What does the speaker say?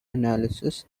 analysis